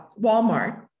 Walmart